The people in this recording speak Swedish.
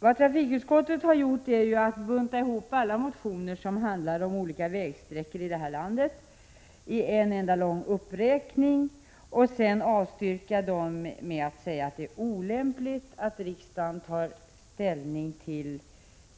Vad trafikutskottet har gjort är att bunta ihop alla motioner som handlar om olika vägsträckor i det här landet i en enda lång uppräkning och sedan avstyrka dem med att säga att det är ”olämpligt” att riksdagen tar ställning till